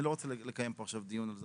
אני לא רוצה לקיים פה עכשיו דיון על זה,